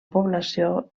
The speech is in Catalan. població